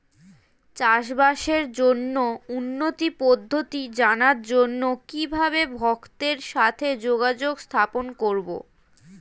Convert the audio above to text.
চাষবাসের জন্য উন্নতি পদ্ধতি জানার জন্য কিভাবে ভক্তের সাথে যোগাযোগ স্থাপন করব?